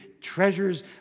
treasures